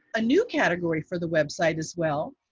a new category for the website as well.